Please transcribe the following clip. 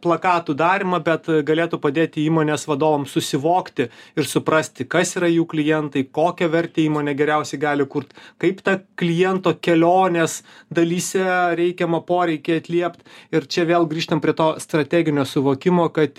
plakatų darymą bet galėtų padėti įmonės vadovam susivokti ir suprasti kas yra jų klientai kokią vertę įmonė geriausiai gali kurt kaip tą kliento kelionės dalyse reikiamą poreikį atliept ir čia vėl grįžtam prie to strateginio suvokimo kad